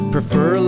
Prefer